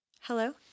Hello